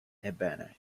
ebbene